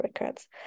records